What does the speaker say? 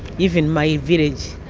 even my village.